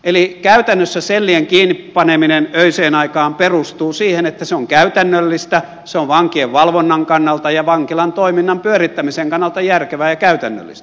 eli käytännössä sellien kiinnipaneminen öiseen aikaan perustuu siihen että se on käytännöllistä se on vankien valvonnan kannalta ja vankilan toiminnan pyörittämisen kannalta järkevää ja käytännöllistä